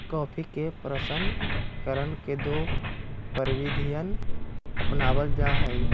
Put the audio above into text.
coffee के प्रशन करण के दो प्रविधियन अपनावल जा हई